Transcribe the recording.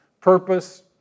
purpose